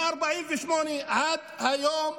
מ-1948 עד היום,